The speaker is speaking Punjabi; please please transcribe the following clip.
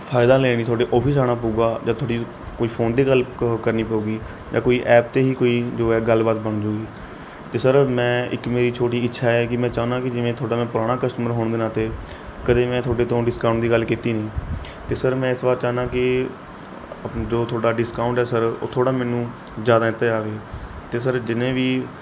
ਫਾਇਦਾ ਲੈਣ ਲਈ ਤੁਹਾਡੇ ਔਫਿਸ ਆਉਣਾ ਪਊਗਾ ਜਾਂ ਤੁਹਾਡੀ ਕੋਈ ਫ਼ੋਨ 'ਤੇ ਗੱਲ ਕ ਕਰਨੀ ਪਊਗੀ ਜਾਂ ਕੋਈ ਐਪ 'ਤੇ ਹੀ ਕੋਈ ਜੋ ਹੈ ਗੱਲਬਾਤ ਬਣਜੂਗੀ ਅਤੇ ਸਰ ਮੈਂ ਇੱਕ ਮੇਰੀ ਛੋਟੀ ਜੀ ਇੱਛਾ ਹੈ ਕਿ ਮੈਂ ਚਾਹੁੰਦਾ ਕਿ ਜਿਵੇਂ ਤੁਹਾਡਾ ਮੈਂ ਪੁਰਾਣਾ ਕਸਟਮਰ ਹੋਣ ਦੇ ਨਾਤੇ ਕਦੇ ਮੈਂ ਤੁਹਾਡੇ ਤੋਂ ਡਿਸਕਾਊਂਟ ਦੀ ਗੱਲ ਕੀਤੀ ਨਹੀਂ ਅਤੇ ਸਰ ਮੈਂ ਇਸ ਵਾਰ ਚਾਹੁੰਦਾ ਕਿ ਜੋ ਤੁਹਾਡਾ ਡਿਸਕਾਊਂਟ ਹੈ ਸਰ ਉਹ ਥੋੜ੍ਹਾ ਮੈਨੂੰ ਜ਼ਿਆਦਾ ਦਿੱਤਾ ਜਾਵੇ ਅਤੇ ਸਰ ਜਿੰਨੇ ਵੀ